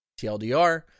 TLDR